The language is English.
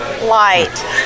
light